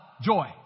joy